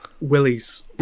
Willie's